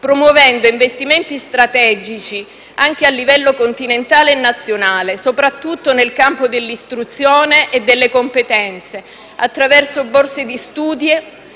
promuovendo investimenti strategici anche a livello continentale e nazionale, soprattutto nel campo dell'istruzione e delle competenze, attraverso borse di studio